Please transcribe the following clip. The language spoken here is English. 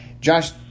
Josh